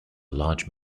large